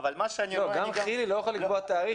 גם חילי לא יכול לקבוע תאריך.